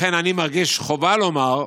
לכן אני מרגיש חובה לומר,